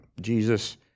Jesus